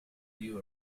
you